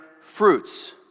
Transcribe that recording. fruits